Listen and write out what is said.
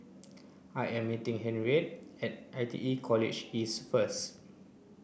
I am meeting Henriette at I T E College East first